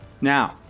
Now